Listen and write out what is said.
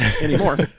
anymore